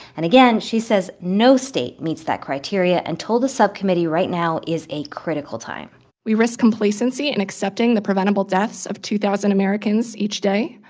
and, again, she says no state meets that criteria, and told the subcommittee right now is a critical time we risk complacency in accepting the preventable deaths of two thousand americans each day.